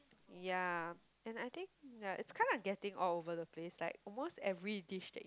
ya and I think ya it's kinda getting all over the place like almost every dish that you